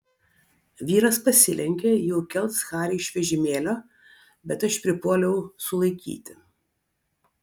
vyras pasilenkė jau kels harį iš vežimėlio bet aš pripuoliau sulaikyti